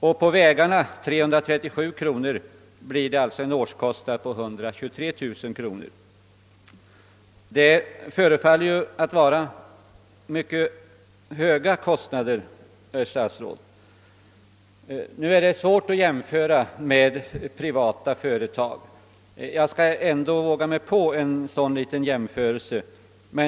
Och på vägarna, 337 kronor om dagen, blir det alltså en årskostnad om 123 000 kronor. ” Det förefaller att vara mycket höga kostnader, herr statsråd. Det är svårt att jämföra med privata företag, men jag skall ändå våga mig på en sådan liten jämförelse.